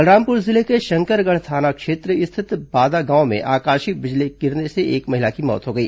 बलरामपुर जिले के शंकरगढ़ थाना क्षेत्र स्थित बादागांव में आकाशीय बिजली गिरने से एक महिला की मौत हो गई